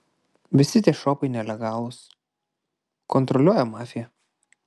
visi tie šopai nelegalūs kontroliuoja mafija